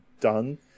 done